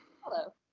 Hello